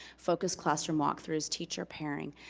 focused classroom walkthroughs, teacher pairing.